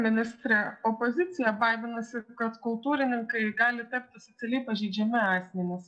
ministre opozicija baiminasi kad kultūrininkai gali tapti socialiai pažeidžiami asmenys